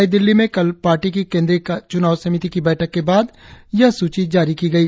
नई दिल्ली में कल पार्टी की केंद्रीय च्रनाव समिति की बैठक के बाद यह सूची जारी की गई